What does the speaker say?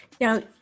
Now